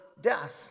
death